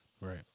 Right